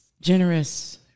Generous